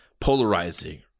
polarizing